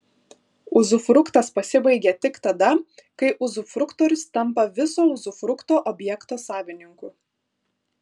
uzufruktas pasibaigia tik tada kai uzufruktorius tampa viso uzufrukto objekto savininku